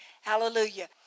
Hallelujah